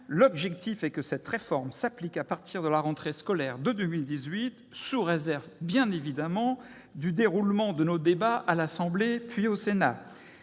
l'objectif est que cette réforme s'applique à partir de la rentrée scolaire de 2018 sous réserve, bien évidemment, du déroulement de nos débats à l'Assemblée, puis au Sénat.